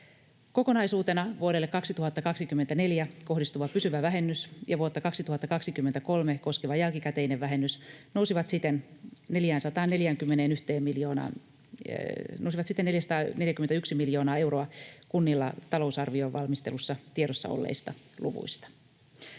Kokonaisuutena vuodelle 2024 kohdistuva pysyvä vähennys ja vuotta 2023 koskeva jälkikäteinen vähennys nousivat siten 441 miljoonaa euroa kunnilla talousarvion valmistelussa tiedossa olleista luvuista.